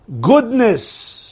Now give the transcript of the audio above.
goodness